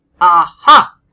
Aha